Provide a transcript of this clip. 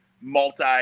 multi